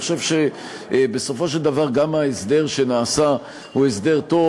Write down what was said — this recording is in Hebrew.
אני חושב שבסופו של דבר גם ההסדר שנעשה הוא הסדר טוב.